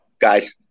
guys